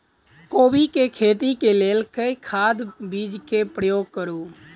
कोबी केँ खेती केँ लेल केँ खाद, बीज केँ प्रयोग करू?